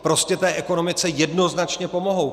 Prostě té ekonomice jednoznačně pomohou.